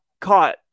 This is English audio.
caught